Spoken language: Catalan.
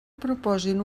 proposin